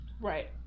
right